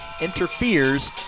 interferes